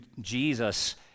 Jesus